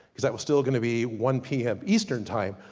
cause that was still gonna be one p m. eastern time.